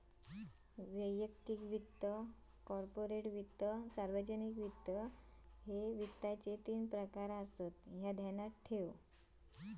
वैयक्तिक वित्त, कॉर्पोरेट वित्त, सार्वजनिक वित्त, ह्ये वित्ताचे तीन प्रकार आसत, ह्या ध्यानात ठेव